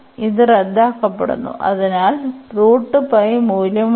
ഇത് റദ്ദാക്കപ്പെടുന്നു അതിനാൽ മൂല്യമുണ്ട്